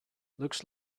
looks